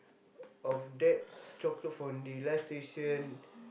of that chocolate fondue live station